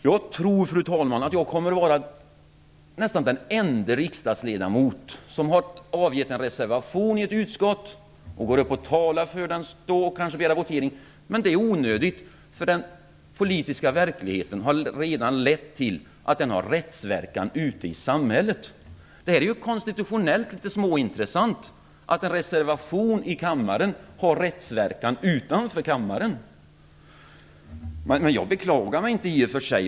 Jag tror att jag kommer att vara den ende riksdagsledamot som har avgett en reservation i ett utskott, gått upp i talarstolen och talat för reservationen och kanske begärt votering trots att det varit onödigt på grund av att den politiska verkligheten redan har lett till att reservationen har rättsverkan ute i samhället. Det är konstitutionellt småintressant att en reservation i kammaren har rättsverkan utanför kammaren. Jag beklagar mig i och för sig inte.